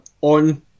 on